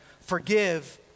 Forgive